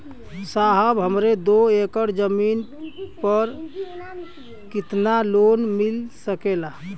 साहब हमरे दो एकड़ जमीन पर कितनालोन मिल सकेला?